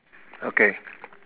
okay